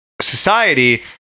society